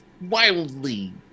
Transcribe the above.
wildly